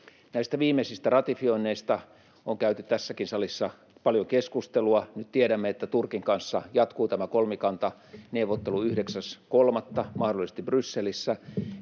Näistä viimeisistä ratifioinneista on käyty tässäkin salissa paljon keskustelua. Nyt tiedämme, että Turkin kanssa jatkuu tämä kolmikantaneuvottelu 9.3. mahdollisesti Brysselissä